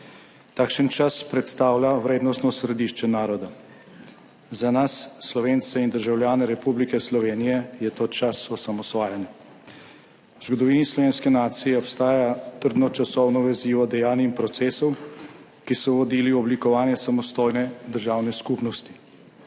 Takšen čas predstavlja vrednostno središče naroda. Za nas, Slovence in državljane Republike Slovenije, je to čas osamosvajanja. V zgodovini slovenske nacije obstaja trdno časovno vezivo dejanj in procesov, ki so vodili v oblikovanje samostojne državne skupnosti.